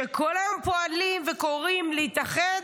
שכל היום פועלים וקוראים להתאחד,